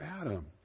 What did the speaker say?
Adam